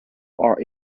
are